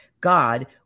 God